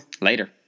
Later